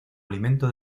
aliento